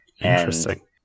Interesting